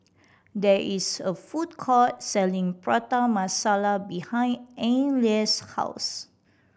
there is a food court selling Prata Masala behind Anneliese's house